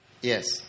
yes